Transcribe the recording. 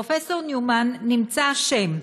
פרופ' ניומן נמצא אשם.